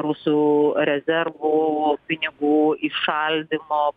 rusų rezervų pinigų įšaldymo